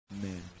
Man